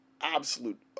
absolute